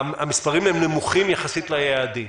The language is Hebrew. המספרים הם נמוכים יחסית ליעדים.